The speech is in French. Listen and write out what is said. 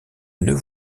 nœuds